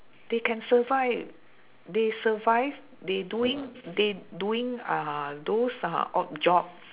they can survive they survive they doing they doing uh those uh odd job